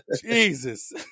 Jesus